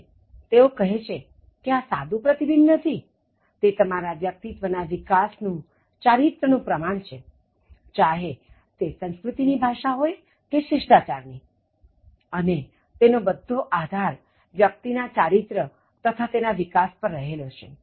અને તેઓ કહે છે કે એ સાદું પ્રતિબિંબ નથી તે તમારા વ્યક્તિત્વ વિકાસ નું ચારિત્ર્ય નું પ્રમાણ છે ચાહે તે સંસ્કૃતિ ની ભાષા હોય કે શિષ્ટાચાર ની અને તેનો બધો આધાર વ્યક્તિ ના ચારિત્ર્ય તથા તેના વિકાસ પર રહેલો છે